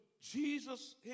Jesus